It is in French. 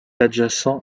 adjacent